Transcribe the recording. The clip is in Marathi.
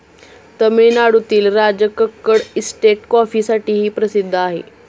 तामिळनाडूतील राजकक्कड इस्टेट कॉफीसाठीही प्रसिद्ध आहे